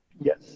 Yes